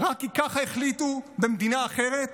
רק כי ככה החליטו במדינה אחרת,